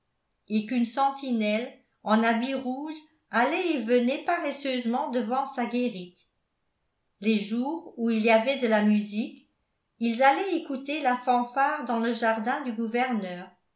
et qu'une sentinelle en habit rouge allait et venait paresseusement devant sa guérite les jours où il y avait de la musique ils allaient écouter la fanfare dans le jardin du gouverneur